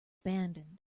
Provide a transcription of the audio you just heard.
abandoned